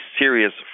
serious